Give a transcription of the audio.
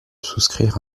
souscrire